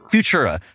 Futura